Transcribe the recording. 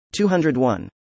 201